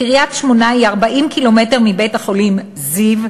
קריית-שמונה היא במרחק של 40 קילומטרים מבית-החולים זיו.